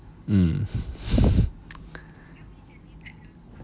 mm